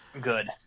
Good